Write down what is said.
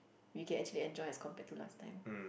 we can actually enjoy as compared to last time